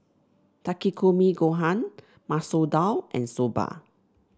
Takikomi Gohan Masoor Dal and Soba